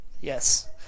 yes